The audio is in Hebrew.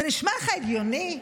זה נשמע לך הגיוני,